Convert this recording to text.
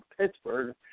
Pittsburgh